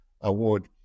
Award